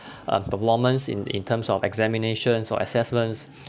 um performance in in terms of examinations or assessments